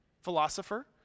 philosopher